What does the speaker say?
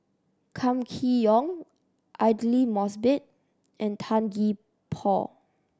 Kam Kee Yong Aidli Mosbit and Tan Gee Paw